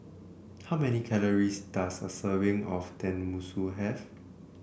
how many calories does a serving of Tenmusu have